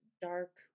dark